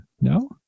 No